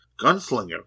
gunslinger